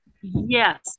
yes